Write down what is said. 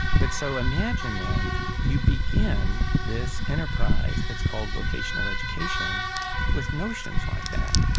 but so imagine then you begin this enterprise that's called vocational education with notions like that,